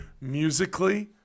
musically